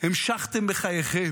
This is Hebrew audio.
המשכתם בחייכם.